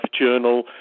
Journal